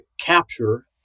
capture